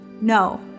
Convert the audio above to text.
No